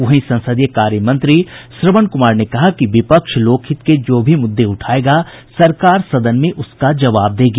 वहीं संसदीय कार्य मंत्री श्रवण कुमार ने कहा कि विपक्ष लोकहित के जो भी मुददे उठायेगा सरकार सदन में उसका जवाब देगी